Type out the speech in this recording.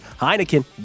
Heineken